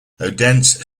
odense